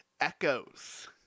Echoes